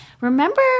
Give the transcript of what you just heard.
remember